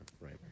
right